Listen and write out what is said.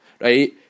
right